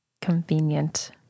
Convenient